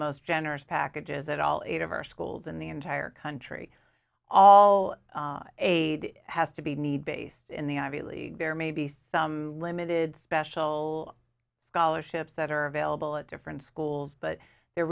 most generous packages at all eight of our schools in the entire country all aid has to be need based in the ivy league there may be some limited special scholarships that are available at different schools but there